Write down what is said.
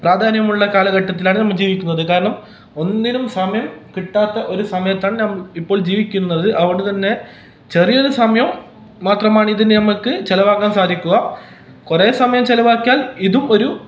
പ്രാധാന്യമുള്ള കാലഘട്ടത്തിലാണ് നമ്മൾ ജീവിക്കുന്നത് കാരണം ഒന്നിനും സമയം കിട്ടാത്ത ഒരു സമയത്താണ് നാം ഇപ്പോൾ ജീവിക്കുന്നത് അതുകൊണ്ടു തന്നെ ചെറിയൊരു സമയം മാത്രമാണ് ഇതിന് നമുക്ക് ചിലവാക്കാൻ സാധിക്കുക കുറെ സമയം ചിലവാക്കിയാൽ ഇതും ഒരു